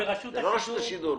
זה לא רשות השידור.